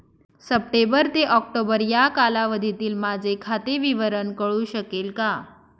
September ते October या कालावधीतील माझे खाते विवरण कळू शकेल का?